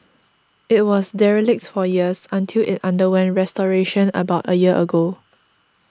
it was derelict for years until it underwent restoration about a year ago